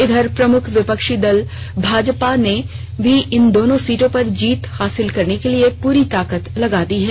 इधर प्रमुख विपक्षी दल भाजपा ने भी इन दोनों सीटों पर जीत हासिल करने के लिए पूरी ताकत लगा दी है